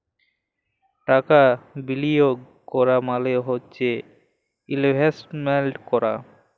টাকা বিলিয়গ ক্যরা মালে হ্যয় ইলভেস্টমেল্ট ক্যরা